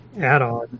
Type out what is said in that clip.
add-on